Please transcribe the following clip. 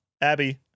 Abby